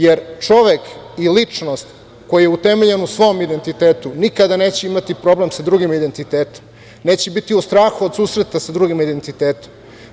Jer, čovek i ličnost koji je utemeljen u svom identitetu nikada neće imati problem sa drugim identitetom, neće biti u strahu od susreta sa drugim identitetom.